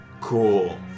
Cool